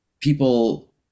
people